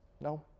No